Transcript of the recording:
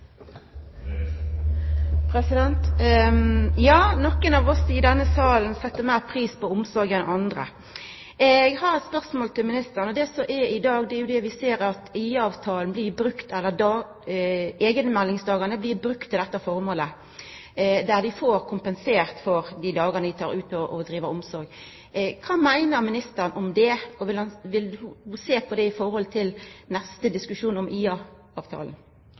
av oss i denne salen set meir pris på omsorg enn andre. Eg har eit spørsmål til ministeren. Det vi ser i dag, er at eigenmeldingsdagane blir brukte til dette føremålet, utan at ein får kompensert for dei dagane ein tek ut for å driva omsorg. Kva meiner ministeren om det, og vil ho sjå på det i neste diskusjon om